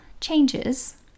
changes